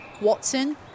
Watson